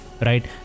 right